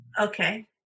Okay